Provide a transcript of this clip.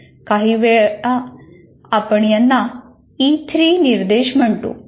काहीवेळा आपण यांना E3 निर्देश म्हणतो प्रभावीपणा